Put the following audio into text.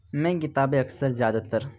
نئی کتابیں اکثر زیادہ تر